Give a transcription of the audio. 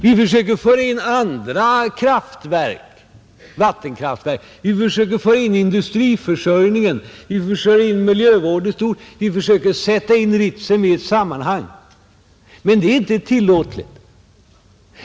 Vi försöker föra in andra vattenkraftverk, industriförsörjningen och miljövården, och vi försöker sätta in Ritsem i ett sammanhang, men det är inte tillåtligt.